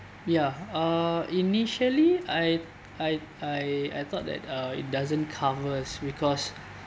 yeah uh initially I I I I thought that uh it doesn't covers because